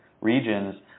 regions